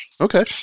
Okay